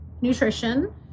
nutrition